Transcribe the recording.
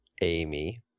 Amy